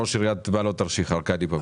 ראש עיריית מעלות תרשיחא, ארקדי בבקשה.